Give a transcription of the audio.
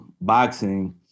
boxing